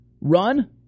run